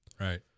right